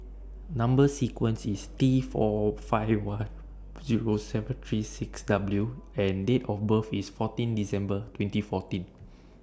Number sequence IS T four five one Zero seven three six W and Date of birth IS fourteen December twenty fourteen